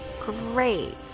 Great